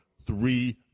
three